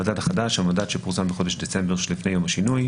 המדד החדש" המדד שפורסם בחודש דצמבר שלפני יום השינוי.